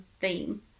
theme